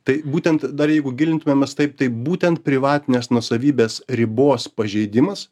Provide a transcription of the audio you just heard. tai būtent dar jeigu gilintumėmės taip tai būtent privatinės nuosavybės ribos pažeidimas